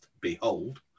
Behold